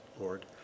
Lord